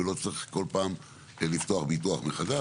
ולא צריך כל פעם לפתוח ביטוח מחדש.